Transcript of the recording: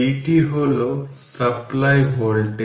সুতরাং v1 v4 50 volt